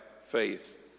faith